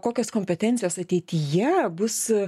kokios kompetencijos ateityje bus